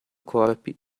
corpi